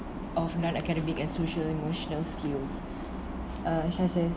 of non academic and social emotional skills uh such as